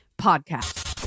Podcast